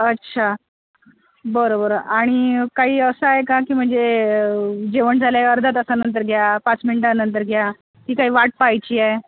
अच्छा बरं बरं आणि काही असं आहे का की म्हणजे जेवण झाल्यावर अर्धा तासानंतर घ्या पाच मिनटानंतर घ्या की काही वाट पाहायची आहे